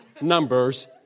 numbers